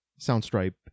soundstripe